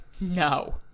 no